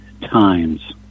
times